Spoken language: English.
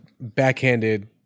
backhanded